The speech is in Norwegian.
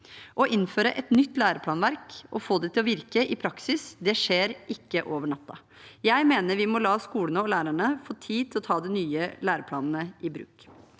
Å innføre et nytt læreplanverk og få det til å virke i praksis skjer ikke over natten. Jeg mener vi må la skolene og lærerne få tid til å ta de nye læreplanene i bruk.